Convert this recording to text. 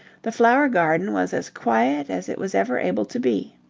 the flower garden was as quiet as it was ever able to be.